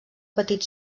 petit